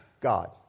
God